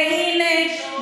והינה,